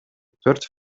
төрт